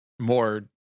more